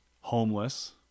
homeless